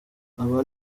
aba